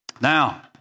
Now